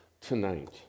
tonight